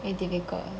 a bit difficult